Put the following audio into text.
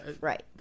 Right